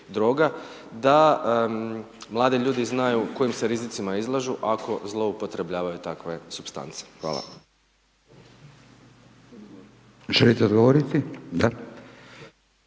da mladi ljudi znaju kojim se rizicima izlažu ako zloupotrebljavaju takve supstance. Hvala.